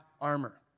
armor